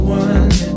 one